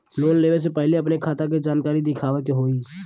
Loan लेवे से पहिले अपने खाता के जानकारी दिखावे के होई?